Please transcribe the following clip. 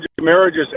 marriages